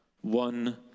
one